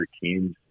teams